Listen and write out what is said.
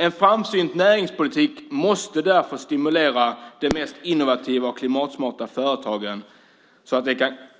En framsynt näringspolitik måste därför stimulera de mest innovativa och klimatsmarta företagen